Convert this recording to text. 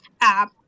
app